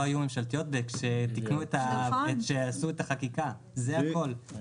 היו ממשלתיות כשעשו את החקיקה זה הכול.